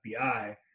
FBI